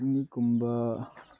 ꯄꯤꯛꯅꯤꯛꯀꯨꯝꯕ